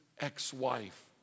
ex-wife